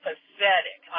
pathetic